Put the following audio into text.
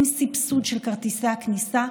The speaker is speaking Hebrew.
עם סבסוד של כרטיסי הכניסה,